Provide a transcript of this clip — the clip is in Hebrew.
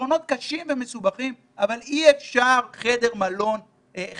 פתרונות קשים ומסובכים אבל אי אפשר חדר אוכל